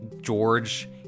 George